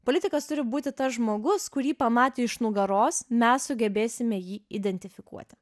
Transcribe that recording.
politikas turi būti tas žmogus kurį pamatę iš nugaros mes sugebėsime jį identifikuoti